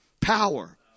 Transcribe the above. Power